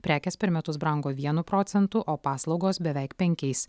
prekės per metus brango vienu procentu o paslaugos beveik penkiais